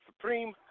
Supreme